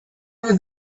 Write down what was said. with